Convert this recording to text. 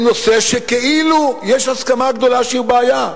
נושא שכאילו יש הסכמה גדולה שהוא בעיה.